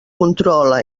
controla